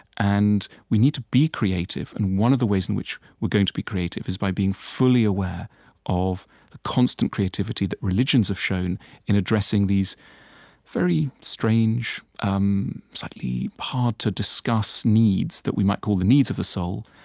and we need to be creative. and one of the ways in which we're going to be creative is by being fully aware of the constant creativity that religions have shown in addressing these very strange, um slightly hard-to-discuss needs that we might call the needs of the soul,